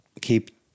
Keep